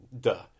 duh